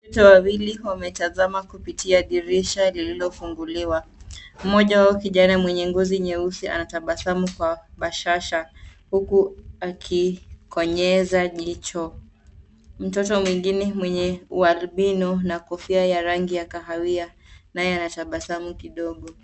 Watoto wawili wametazama kupitia dirisha lililofunguliwa. Moja wa hao kijana mwenye ngozi nyeusi anatabasamu kwa bashasha huku akikonyeza jicho. Mtoto mwingine mwenye ualbino na kofia ya rangi ya kahawia naye anatabasamu kidogo.